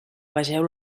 vegeu